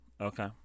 Okay